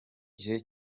gihe